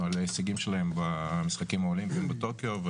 על ההישגים שלהם במשחקים האולימפיים בטוקיו,